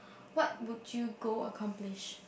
what would you go accomplish